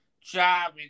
job